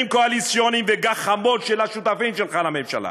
קואליציוניים וגחמות של השותפים שלך לממשלה.